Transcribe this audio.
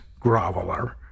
groveler